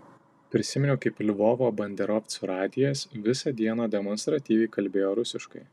prisiminiau kaip lvovo banderovcų radijas visą dieną demonstratyviai kalbėjo rusiškai